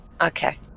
okay